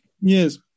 Yes